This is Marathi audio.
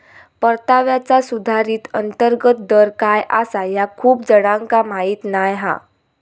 परताव्याचा सुधारित अंतर्गत दर काय आसा ह्या खूप जणांका माहीत नाय हा